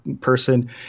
person